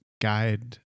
guide